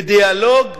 בדיאלוג?